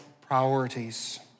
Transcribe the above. priorities